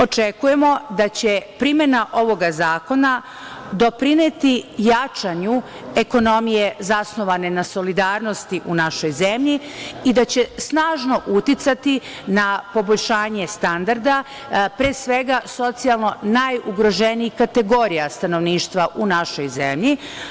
Očekujemo da će primena ovog zakona doprineti jačanju ekonomije zasnovane na solidarnosti u našoj zemlji i da će snažno uticati na poboljšanje standarda pre svega socijalno najugroženijih kategorija stanovništva u našoj zemlji.